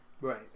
Right